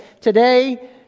Today